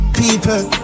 people